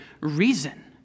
reason